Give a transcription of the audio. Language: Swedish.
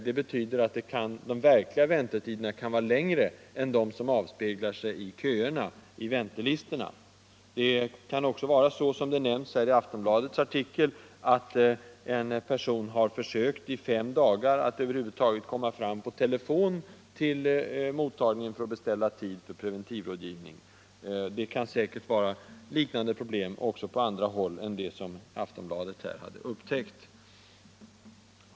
Det betyder att de verkliga väntetiderna kan vara längre än de som avspeglar sig i väntelistorna. Som det nämndes i Aftonbladets artikel kan det också hända att en person har försökt i fem dagar att över huvud taget komma fram på telefon till mottagningen, för att beställa tid för preventivrådgivning. Liknande problem kan säkert finnas på andra håll än det som Aftonbladet hade upptäckt.